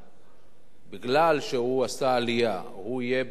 מפני שהוא עשה עלייה הוא יהיה מועדף,